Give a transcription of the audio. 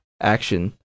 action